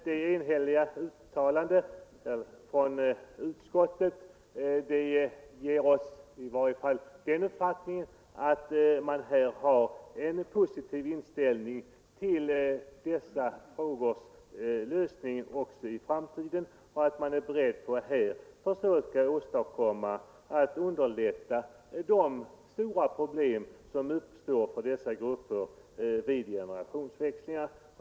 : Det enhälliga uttalandet från utskottet tyder emellertid på att man kommer att ha en positiv inställning till dessa frågor också i framtiden och att man är beredd att åstadkomma ytterligare lättnader i kapitalbeskattningen för nämnda grupper vid generationsväxling.